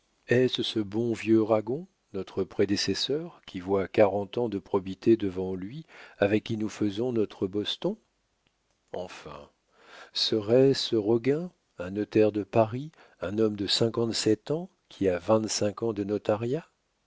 ce bon vieux ragon notre prédécesseur qui voit quarante ans de probité devant lui avec qui nous faisons notre boston enfin serait-ce roguin un notaire de paris un homme de cinquante-sept ans qui a vingt-cinq ans de notariat